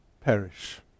perish